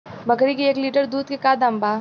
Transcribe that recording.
बकरी के एक लीटर दूध के का दाम बा?